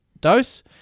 dose